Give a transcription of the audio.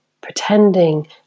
pretending